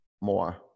more